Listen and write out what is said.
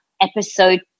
Episode